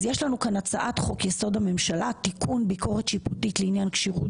יש לנו כאן הצעת חוק יסוד: הממשלה (תיקון ביקורת שיפוטית לעניין כשירות